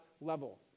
level